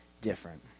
different